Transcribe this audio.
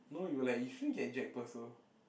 no you were like you shouldn't get Jack-Purcell